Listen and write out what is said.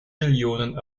millionen